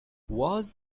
was